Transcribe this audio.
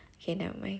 okay never mind